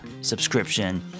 subscription